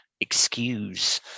excuse